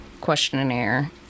questionnaire